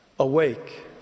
Awake